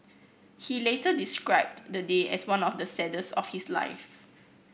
he later described the day as one of the saddest of his life